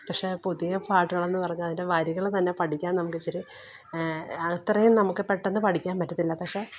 പക്ഷേ പുതിയ പാട്ടുകളെന്ന് പറഞ്ഞാൽ അതിന്റെ വരികൾ തന്നെ പഠിക്കാന് നമുക്കിച്ചിരി അത്രയും നമുക്ക് പെട്ടന്ന് പഠിക്കാന് പറ്റത്തില്ല പക്ഷേ